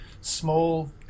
small